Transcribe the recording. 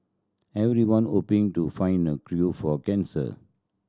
everyone hoping to find the for cancer